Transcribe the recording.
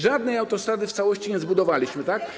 Żadnej autostrady w całości nie zbudowaliśmy, tak?